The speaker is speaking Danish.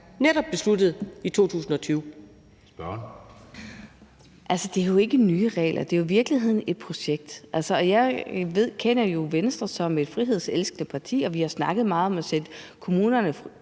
12:13 Charlotte Broman Mølbæk (SF): Altså, det er jo ikke nye regler – det er i virkeligheden et projekt. Jeg kender jo Venstre som et frihedselskende parti, og vi har snakket meget om at sætte kommunerne